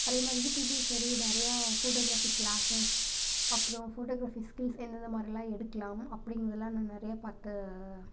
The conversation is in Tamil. அதேமாதிரி யூடியூப்லேயும் சரி நிறையா ஃபோட்டோக்ராஃபி க்ளாஸஸ் அப்பறம் ஃபோட்டோக்ராஃபி ஸ்கில்ஸ் எந்தெந்த மாதிரிலாம் எடுக்கலாம் அப்படிங்கிறதெல்லாம் நிறைய பார்த்து